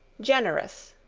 generous,